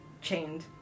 Chained